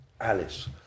Alice